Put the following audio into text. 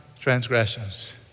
transgressions